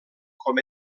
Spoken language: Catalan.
com